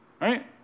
right